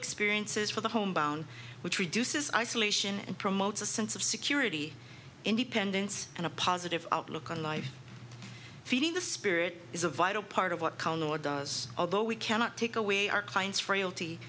experiences for the hometown which reduces isolation and promotes a sense of security independence and a positive outlook on life feeding the spirit is a vital part of what can or does although we cannot take away our clients frailty